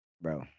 Bro